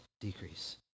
decrease